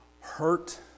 hurt